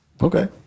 okay